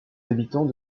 habitants